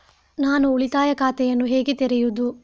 ನಾನು ಉಳಿತಾಯ ಖಾತೆಯನ್ನು ಹೇಗೆ ತೆರೆಯುದು?